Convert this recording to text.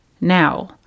Now